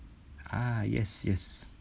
ah yes yes